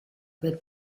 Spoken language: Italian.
per